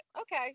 okay